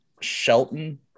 Shelton